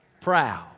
Proud